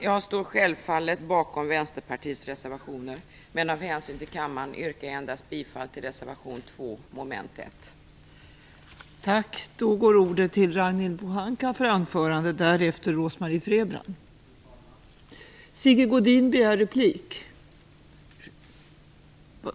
Jag står självfallet bakom Vänsterpartiets reservationer, men av hänsyn till kammaren yrkar jag bifall endast till reservation 2 avseende mom. 1.